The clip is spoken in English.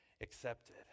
accepted